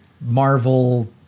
Marvel-